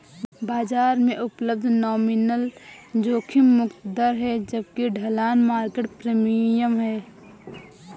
बाजार में उपलब्ध नॉमिनल जोखिम मुक्त दर है जबकि ढलान मार्केट प्रीमियम है